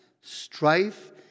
strife